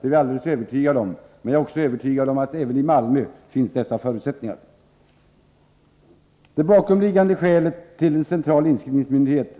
Jag är alldeles övertygad om att detta var riktigt. Men jag är också övertygad om att dessa förutsättningar finns även i Malmö. " Det bakomliggande skälet till en central inskrivningsmyndighet